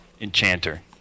enchanter